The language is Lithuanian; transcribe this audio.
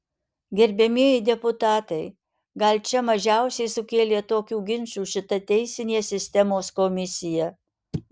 gerbiamieji deputatai gal čia mažiausiai sukėlė tokių ginčų šita teisinės sistemos komisija